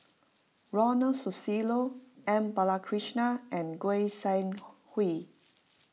Ronald Susilo M Balakrishnan and Goi Seng Hui